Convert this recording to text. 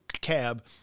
cab